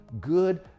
good